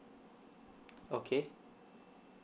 okay